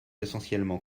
essentiellement